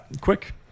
quick